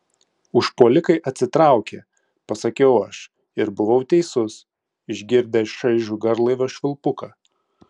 užpuolikai atsitraukė pasakiau aš ir buvau teisus išgirdę šaižų garlaivio švilpuką